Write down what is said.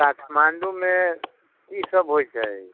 काठमाण्डूमे की सभ होइ छै